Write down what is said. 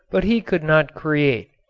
but he could not create.